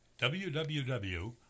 www